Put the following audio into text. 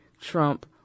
Trump